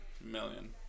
Million